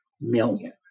million